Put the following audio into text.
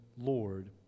Lord